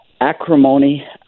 acrimony